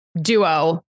duo